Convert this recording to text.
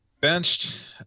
benched